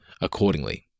accordingly